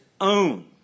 own